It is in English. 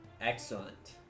Excellent